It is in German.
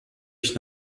ich